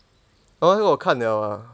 oh 那个我看 liao lah